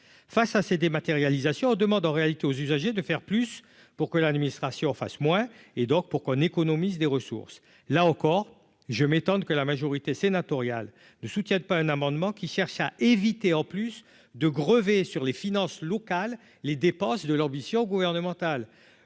face à ces dématérialisation demande en réalité aux usagers de faire plus pour que l'administration fasse moins et donc pour qu'on économise des ressources, là encore, je m'étonne que la majorité sénatoriale de soutiennent pas un amendement qui cherche à éviter, en plus de grever sur les finances locales, les dépenses de l'ambition gouvernementale,